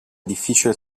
difficile